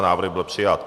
Návrh byl přijat.